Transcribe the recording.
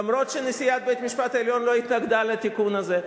אף-על-פי שנשיאת בית-המשפט העליון לא התנגדה לתיקון הזה,